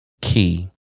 key